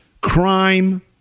crime